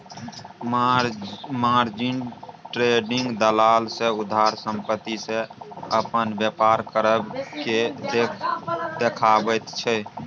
margin trading दलाल सँ उधार संपत्ति सँ अपन बेपार करब केँ देखाबैत छै